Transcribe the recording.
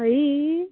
हयई